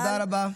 תודה רבה.